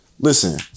Listen